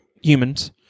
humans